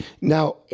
Now